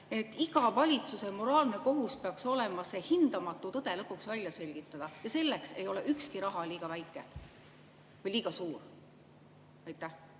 iga valitsuse moraalne kohus peaks olema see hindamatu tõde lõpuks välja selgitada ja selleks ei ole mingi [hulk] raha liiga suur? Aitäh!